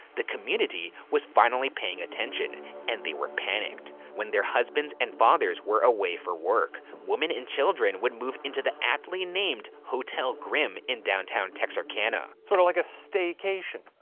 the community was finally paying attention and they were panicked. when their husbands and fathers were away for work, women and children would move into the aptly named hotel grim in downtown texarkana. sorta like a staycation.